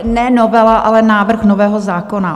Ne novela, ale návrh nového zákona.